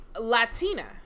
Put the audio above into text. Latina